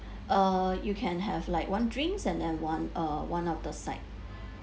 uh you can have like one drinks and then one uh one of the side